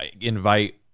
invite